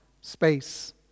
space